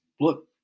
look